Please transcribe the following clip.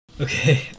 Okay